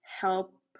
help